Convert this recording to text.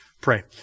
pray